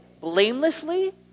blamelessly